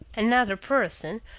another person,